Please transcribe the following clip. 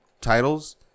titles